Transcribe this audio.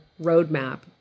roadmap